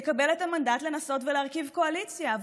יקבל את המנדט לנסות להרכיב קואליציה?